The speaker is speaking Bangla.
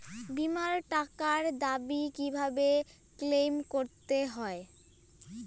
বিমার টাকার দাবি কিভাবে ক্লেইম করতে হয়?